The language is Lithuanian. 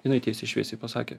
jinai tiesiai šviesiai pasakė